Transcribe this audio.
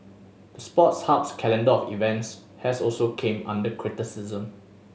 the Sports Hub's calendar of events has also came under criticism